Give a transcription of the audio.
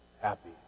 Happy